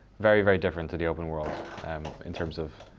very, very different to the open world um in terms of,